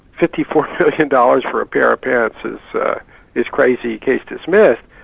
fifty four million dollars for a pair of pants is is crazy. case dismissed.